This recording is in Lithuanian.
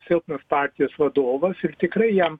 silpnos partijos vadovas ir tikrai jam